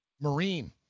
Marine